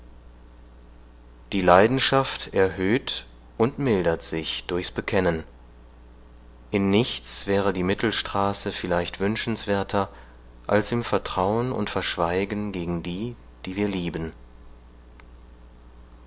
die leidenschaft erhöht und mildert sich durchs bekennen in nichts wäre die mittelstraße vielleicht wünschenswerter als im vertrauen und verschweigen gegen die die wir lieben